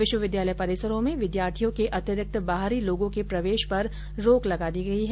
विष्वविद्यालय परिसरों में विद्यार्थियों के अतिरिक्त बाहरी लोगों के प्रवेष पर रोक लगा दी गयी है